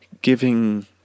giving